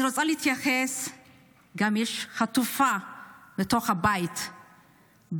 אני רוצה להתייחס, יש גם חטופה בתוך הבית,